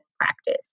practice